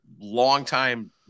long-time